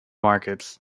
markets